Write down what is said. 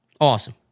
Awesome